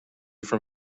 from